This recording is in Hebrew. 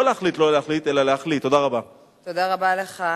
תודה רבה לך.